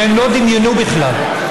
שהם לא דמיינו בכלל.